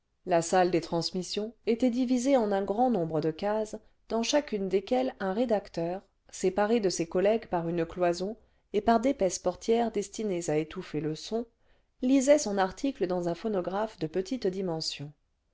la salle des transmissions était divisée en un grand nombre de cases dans chacune desquelles un rédacteur séparé de ses collègues par une cloison et par d'épaisses portières destinées à étouffer le son lisait son article dans un phonographe de petite dimension